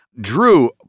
Drew